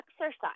exercise